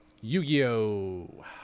Yu-Gi-Oh